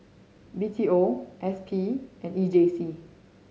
B T O S P and E J C